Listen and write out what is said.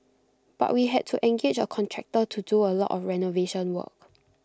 but we had to engage A contractor to do A lot of renovation work